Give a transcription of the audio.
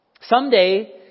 Someday